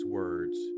words